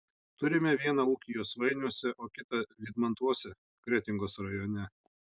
turime vieną ūkį josvainiuose o kitą vydmantuose kretingos rajone